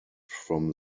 from